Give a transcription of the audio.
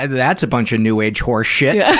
that's a bunch of new-age horseshit. yeah